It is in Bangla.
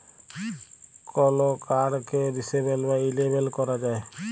কল কাড়কে ডিসেবল বা ইলেবল ক্যরা যায়